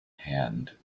hand